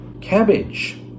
cabbage